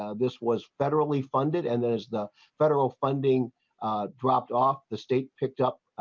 ah this was federally funded and those the federal funding dropped off the state picked up.